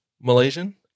Malaysian